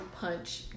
punch